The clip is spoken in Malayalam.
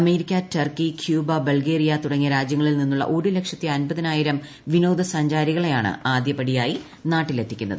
അമേരിക്ക ടർക്കി ക്യൂബ ബൾഗേറിയ തുടങ്ങിയ രാജ്യങ്ങളിൽ നീന്നുള്ള ഒരു ലക്ഷത്തി അൻപതിനായിരം വിനോദസഞ്ചിര്രികളെയാണ് ആദ്യപടിയായി നാട്ടിലെത്തിക്കുന്നത്